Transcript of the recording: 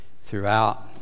throughout